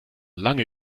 lange